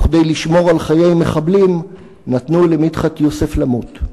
וכדי לשמור על חיי מחבלים, נתנו למדחת יוסף למות.